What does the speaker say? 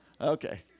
Okay